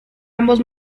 ambos